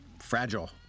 fragile